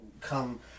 come